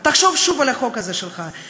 ככה יהודי מדבר אל יהודי?